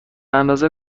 اندازه